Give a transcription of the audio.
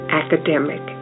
academic